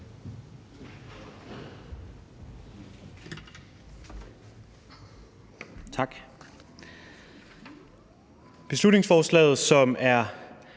Tak. Beslutningsforslaget, som vi